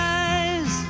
eyes